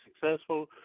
successful